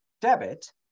debit